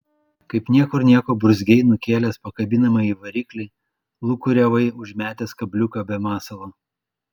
kaip niekur nieko burzgei nukėlęs pakabinamąjį variklį lūkuriavai užmetęs kabliuką be masalo